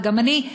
וגם אני,